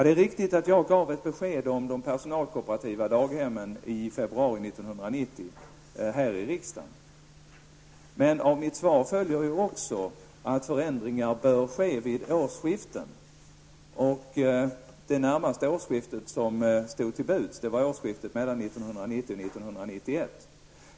Det är riktigt att jag gav ett besked om de personalkooperativa daghemmen i februari 1990 här i riksdagen. Av mitt svar följer ju också att förändringar bör ske vid årsskiften. Det närmaste årsskiftet som stod till buds var årsskiftet 1990-- 1991.